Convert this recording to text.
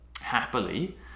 Happily